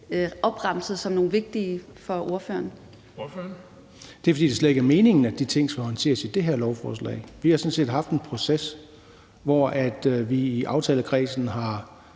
Søren Egge Rasmussen (EL): Det er, fordi det slet ikke er meningen, at de ting skal håndteres i det her lovforslag. Vi har sådan set haft en proces, hvor vi i aftalekredsen har